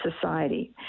Society